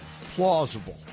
plausible